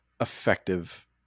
effective